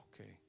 okay